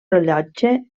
rellotge